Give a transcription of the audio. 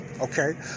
Okay